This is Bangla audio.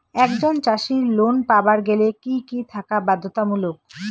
একজন চাষীর লোন পাবার গেলে কি কি থাকা বাধ্যতামূলক?